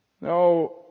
Now